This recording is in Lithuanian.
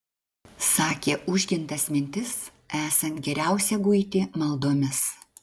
sakė užgintas mintis esant geriausia guiti maldomis